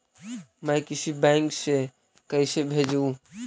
मैं किसी बैंक से कैसे भेजेऊ